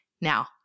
Now